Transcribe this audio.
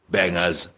Bangers